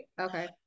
okay